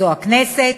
אלה הכנסת,